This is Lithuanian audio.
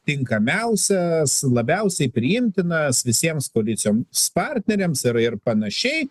tinkamiausias labiausiai priimtinas visiems koalicijom s partneriams ir ir panašiai